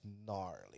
gnarly